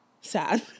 sad